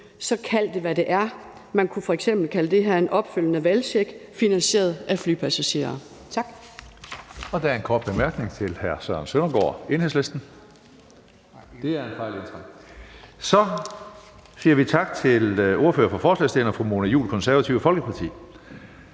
Kald det, hvad det er. Man kunne f.eks. kalde det her en opfølgende valgcheck finansieret af flypassagerer. Tak.